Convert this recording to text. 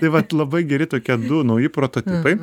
tai vat labai geri tokie du nauji prototipai